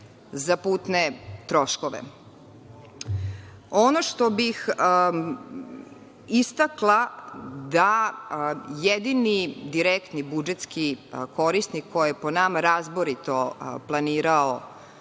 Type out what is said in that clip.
za putne troškove. Ono što bih istakla da jedini direktni budžetski korisnik koji je po nama razborito planirao